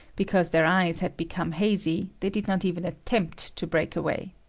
because their eyes had become hazy, they did not even attempt to break away.